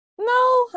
no